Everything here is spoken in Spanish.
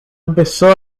empezó